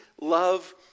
love